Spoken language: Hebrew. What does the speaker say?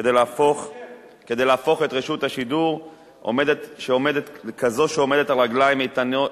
כדי להפוך את רשות השידור לכזאת שעומדת על רגליים איתנות,